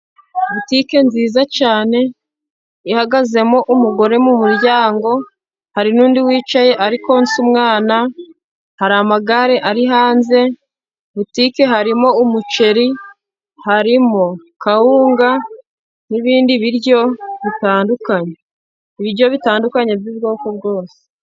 Butike nziza cyane, ihagazemo umugore mumuryango , hari n'undi wicaye arikotsa umwana. Hari amagare ari hanze. Buutike harimo: umuceri, harimo kawunga, n'ibindi biryo bitandukanye byo mu bwoko bwose.